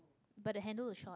but the handle is short